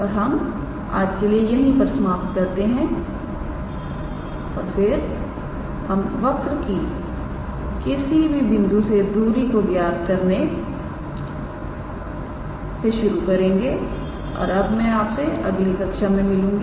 और हम आज के लिए यहीं पर समाप्त करते हैं और फिर और हम वक्र की किसी बिंदु से दूरी को ज्ञात करने से शुरू करेंगे और मैं अब आपसे अगली कक्षा में मिलूंगा